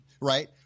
right